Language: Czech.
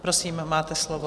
Prosím, máte slovo.